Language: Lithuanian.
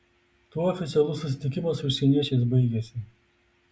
tuo oficialus susitikimas su užsieniečiais baigėsi